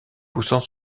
poussant